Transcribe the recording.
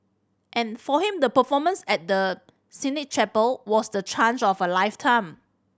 and for him the performance at the Sistine Chapel was the change of a lifetime